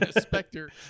specter